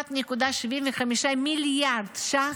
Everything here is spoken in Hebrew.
1.75 מיליארד ש"ח,